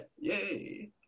Yay